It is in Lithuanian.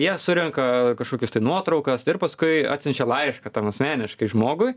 ir jie surenka kažkokius tai nuotraukas ir paskui atsiunčia laišką tam asmeniškai žmogui